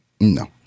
No